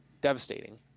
devastating